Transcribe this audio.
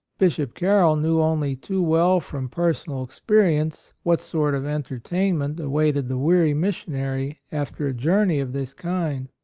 bishop carroll knew only too well from per sonal experience what sort of entertainment awaited the weary missionary after a jour ney of this kind.